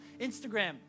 Instagram